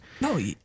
No